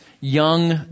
young